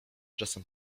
czasem